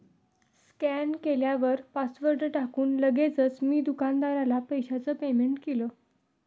scan केल्यावर password टाकून लगेचच मी दुकानदाराला पैशाचं पेमेंट केलं